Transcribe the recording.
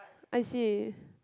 I see